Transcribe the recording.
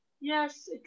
yes